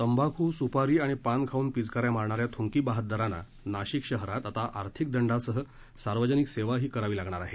तंबाखू सुपारी आणि पान खाऊन पिचकाऱ्या मारणाऱ्या थुंकीबहाद्वारांना नाशिक शहरात आता आर्थिक दंडासह सार्वजनिक सेवाही करावी लागणार आहे